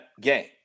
game